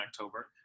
October